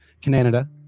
canada